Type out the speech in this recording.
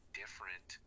different